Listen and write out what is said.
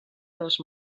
dels